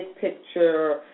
picture